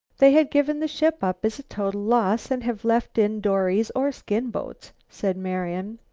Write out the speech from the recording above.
they have given the ship up as a total loss, and have left in dories or skin-boats, said marian.